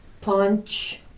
punch